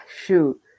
shoot